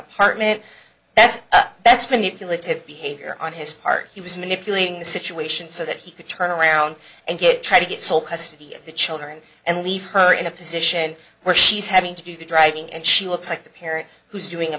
partment that's that's manipulative behavior on his part he was manipulating the situation so that he could turn around and get try to get sole custody of the children and leave her in a position where she's having to do the driving and she looks like the parent who's doing a